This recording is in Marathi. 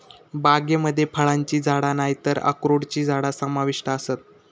बागेमध्ये फळांची झाडा नायतर अक्रोडची झाडा समाविष्ट आसत